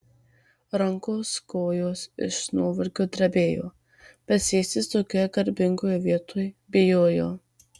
rankos kojos iš nuovargio drebėjo bet sėstis tokioje garbingoje vietoj bijojo